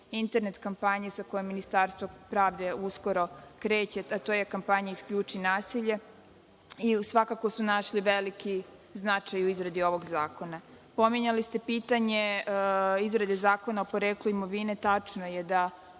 internet kampanje sa kojom Ministarstvo pravde uskoro kreće, a to je kampanja – Isključi nasilje. Svakako su našli veliki značaj u izradi ovog zakona. Pominjali ste pitanje izrade zakona o poreklu imovine. Tačno je da